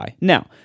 now